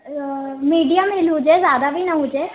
इहो medium heel हुजे ज़्यादा बि न हुजे